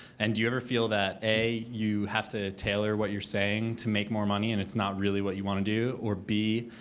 and do you ever feel that a, you have to tailor what you're saying to make more money and it's not really what you want to do? or b,